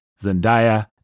Zendaya